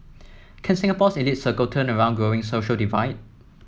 can Singapore's elite circle turn around growing social divide